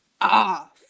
off